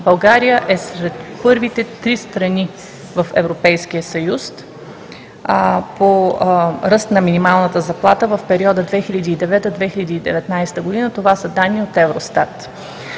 България е сред първите три страни в Европейския съюз по ръст на минималната заплата в периода 2009 – 2019 г. – това са данни от Евростат,